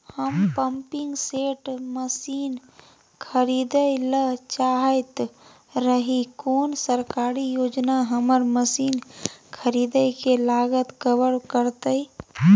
हम pumping set machine खरीदैय ल चाहैत रही कोन सरकारी योजना हमर मसीन खरीदय के लागत कवर करतय?